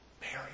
Mary